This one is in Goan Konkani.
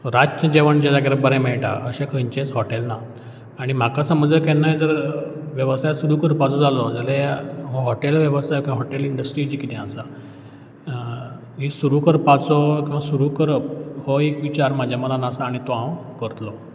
रातचें जेवण ज्या जाग्यार बरें मेळटा अशें खंयंचेंच हॉटेल ना आनी म्हाका समज ज केन्नाय जर वेवसाय सुरू करपाचो जालो जाल्यार हॉटेल वेवसाय किंवां हॉटेल इंडस्ट्री जी कितें आसा ही सुरू करपाचो किंवां सुरू करप हो एक विचार म्हाज्या मनांत आसा आनी तो हांव करतलो